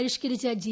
പരിഷ്കരിച്ച ജി